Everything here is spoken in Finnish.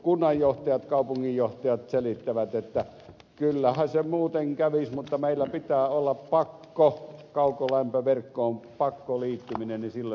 kunnanjohtajat kaupunginjohtajat selittivät että kyllähän se muuten kävisi mutta meillä pitää olla pakko kaukolämpöverkkoon pakkoliittymisellä me saamme nämä hommat kuntoon